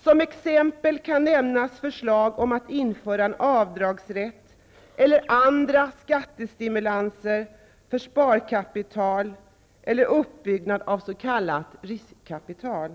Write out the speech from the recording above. Som exempel kan här nämnas förslag om att införa en avdragsrätt eller andra skattestimulanser för sparkapital eller uppbyggnad av s.k. riskkapital.